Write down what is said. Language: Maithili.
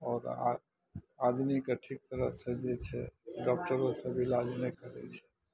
आओर आओर आदमीके ठीक तरहसँ जे छै डॉक्टरो सब इलाज नहि करय छै